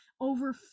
Over